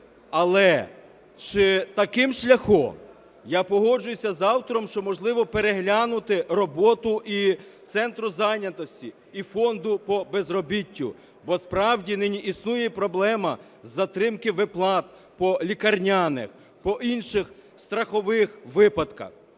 Але чи таким шляхом? Я погоджуюся з автором, що, можливо, переглянути роботу і Центру зайнятості, і Фонду по безробіттю, бо справді нині існує проблема з затримки виплат по лікарняних, по інших страхових випадках.